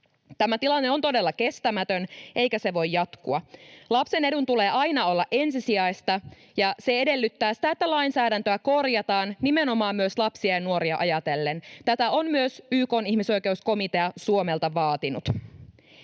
Tämä tilanne on todella kestämätön, eikä se voi jatkua. Lapsen edun tulee aina olla ensisijaista, ja se edellyttää sitä, että lainsäädäntöä korjataan nimenomaan myös lapsia ja nuoria ajatellen. Tätä on myös YK:n ihmisoikeuskomitea Suomelta vaatinut.